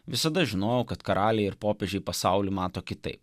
visada žinojau kad karaliai ir popiežiui pasaulį mato kitaip